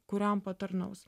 kuriam patarnaus